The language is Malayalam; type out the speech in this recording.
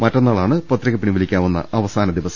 മറ്റന്നാളാണ് പത്രിക പിൻവലിക്കാവുന്ന അവസാന ദിവ സം